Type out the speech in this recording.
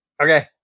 okay